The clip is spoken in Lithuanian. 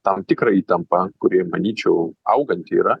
tam tikrą įtampą kuri manyčiau auganti yra